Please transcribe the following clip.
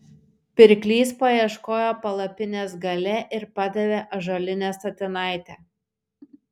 pirklys paieškojo palapinės gale ir padavė ąžuolinę statinaitę